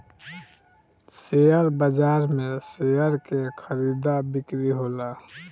share बाजार में share के खरीदा बिक्री होला